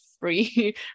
free